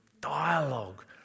Dialogue